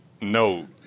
no